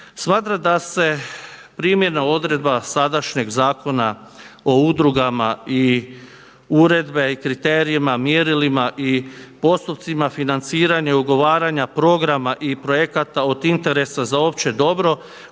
Smatram da se primjena odredba sadašnjeg Zakona o udrugama i uredbe i kriterijima, mjerilima i postupcima financiranja i ugovaranja programa i projekata od interesa za opće dobro